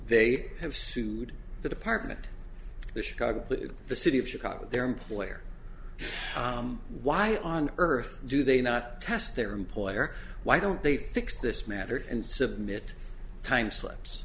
they have sued the department the chicago police the city of chicago their employers why on earth do they not test their employer why don't they fix this matter and submit time slips